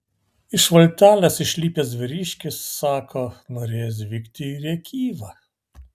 iš valtelės išlipęs vyriškis sako norėjęs vykti į rėkyvą